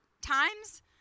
times